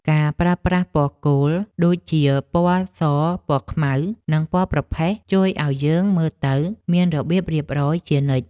ការប្រើប្រាស់ពណ៌គោលដូចជាពណ៌សពណ៌ខ្មៅ និងពណ៌ប្រផេះជួយឱ្យយើងមើលទៅមានរបៀបរៀបរយជានិច្ច។